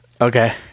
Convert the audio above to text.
Okay